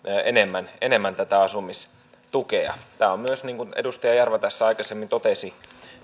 enemmän enemmän tätä asumistukea tämä on myös niin kuin edustaja jarva tässä aikaisemmin totesi